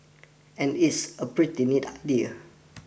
and it's a pretty neat idea